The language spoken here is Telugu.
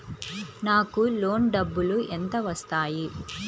నాకు లోన్ డబ్బులు ఎంత వస్తాయి?